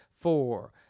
four